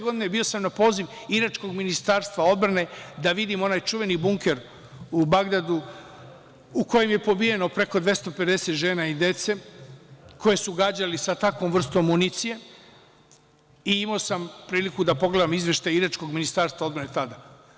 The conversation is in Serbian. Godine 1994. bio sam na poziv iračkog Ministarstva odbrane da vidim onaj čuveni bunker u Bagdadu u kojem je pobijeno preko 250 žena i dece koje su gađali sa takvom vrstom municije i imao sam priliku da pogledam izveštaj iračkog Ministarstva odbrane tada.